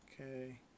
Okay